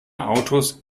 autos